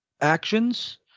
actions